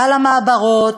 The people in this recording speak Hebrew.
על המעברות,